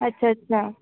अच्छा अच्छा